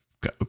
go